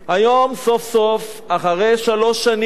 היום, סוף-סוף, אחרי שלוש שנים,